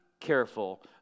careful